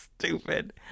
stupid